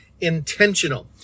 intentional